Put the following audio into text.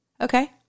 Okay